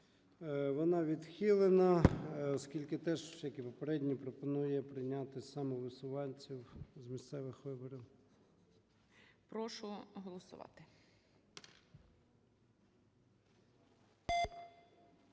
Вона відхилена, оскільки теж, як і попередня, пропонує прийняти самовисуванців з місцевих виборів. ГОЛОВУЮЧИЙ. Прошу голосувати.